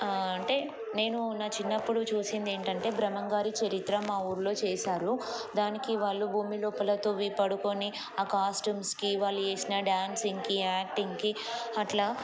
అంటే నేను నా చిన్నప్పుడు చూసింది ఏంటంటే బ్రహ్మంగారి చరిత్ర మా ఊరిలో చేశారు దానికి వాళ్ళు భూమి లోపలతో ఇ పడుకొని ఆ కాస్ట్యూమ్స్కి వాళ్ళు చేసిన డ్యాన్సింగ్కి యాక్టింగ్కి అట్లా